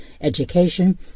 education